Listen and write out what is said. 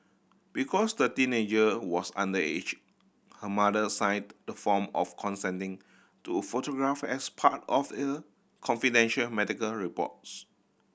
because the teenager was underage her mother signed the form of consenting to photograph as part of confidential medical reports